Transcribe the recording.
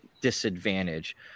disadvantage